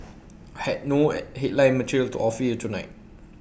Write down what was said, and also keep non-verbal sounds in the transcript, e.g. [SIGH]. I have no [HESITATION] headline material to offer you tonight